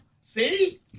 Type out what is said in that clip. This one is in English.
See